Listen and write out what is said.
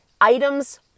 items